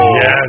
yes